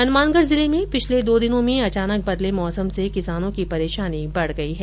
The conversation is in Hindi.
हनुमानगढ़ जिले में पिछले दो दिनों में अचानक बदले मौसम से किसानों की परेशानी बढ़ गई है